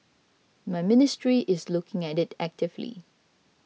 my ministry is looking at it actively